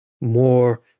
more